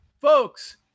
Folks